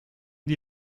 die